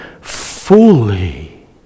fully